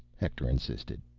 hector insisted,